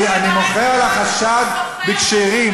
אני מוחה על החשד בכשרים.